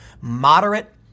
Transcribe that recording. moderate